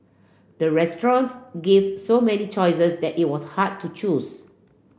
the restaurant gave so many choices that it was hard to choose